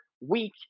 week